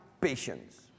patience